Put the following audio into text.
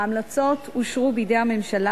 ההמלצות אושרו על-ידי הממשלה,